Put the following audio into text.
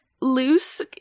loose